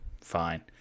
fine